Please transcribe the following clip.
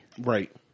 Right